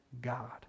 God